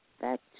back